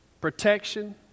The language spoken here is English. protection